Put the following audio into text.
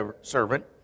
servant